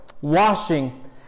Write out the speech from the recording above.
washing